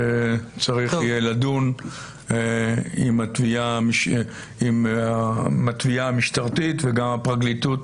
וצריך יהיה לדון עם התביעה המשפטית וגם הפרקליטות,